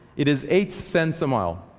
it is eight cents a mile.